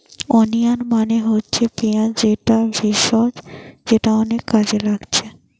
onion মানে হচ্ছে পিঁয়াজ যেটা ভেষজ যেটা অনেক কাজে লাগছে